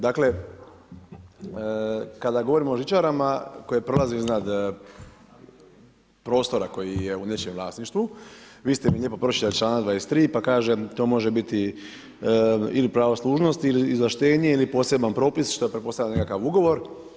Dakle, kada govorimo o žičarama koje prolaze iznad prostora koji je u nečijem vlasništvu, vi ste mi lijepo pročitali članak 23. pa kažem, to može biti ili pravo služnosti ili izvlaštenje ili poseban propis što pretpostavljam da je nekakav ugovor.